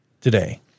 today